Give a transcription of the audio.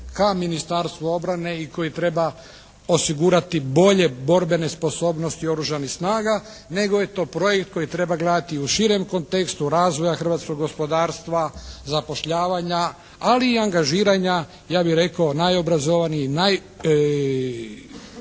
ka Ministarstvu obrane i koji treba osigurati bolje borbene sposobnosti Oružanih snaga, nego je to projekt koji treba gledati i u širem kontekstu razvoja hrvatskog gospodarstva, zapošljavanja ali i angažiranja ja bih rekao najobrazovanijih, najboljih